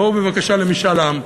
בואו בבקשה למשאל עם,